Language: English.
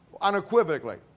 unequivocally